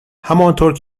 همانطور